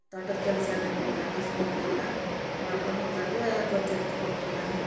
ತ್ವಾಟದ ಕೆಲಸ ಅನ್ಯಪ್ಪ ಅಂದ್ರ ಹಾಗ ಸುಮ್ಮನೆ ಅಲ್ಲ ಮಾಡ್ಕಂಡು ಹೋದೋರಿಗೆ ಗೊತ್ತ್ ಇರ್ತವು ಅವು ಎಲ್ಲಾನ